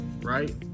right